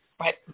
right